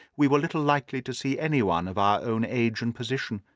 we were little likely to see anyone of our own age and position.